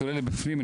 צולל לבפנים,